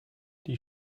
die